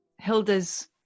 Hilda's